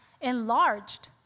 enlarged